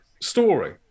story